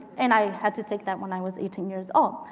and i had to take that when i was eighteen years old.